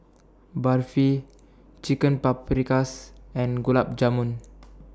Barfi Chicken Paprikas and Gulab Jamun